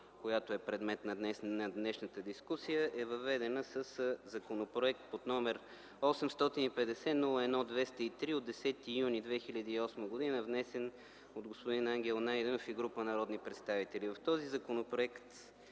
която е предмет на днешната дискусия) е въведена със Законопроект, № 850-01-203 от 10 юни 2008 г., внесен от господин Ангел Найденов и група народни представители. Няма нито